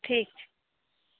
ठीक छै